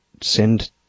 send –